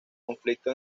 conflicto